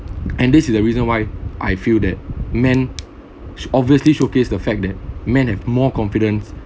and this is the reason why I feel that man obviously showcased the fact that men have more confidence